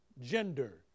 gender